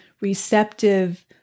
receptive